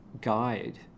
guide